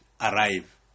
arrive